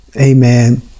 Amen